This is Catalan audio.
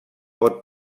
pot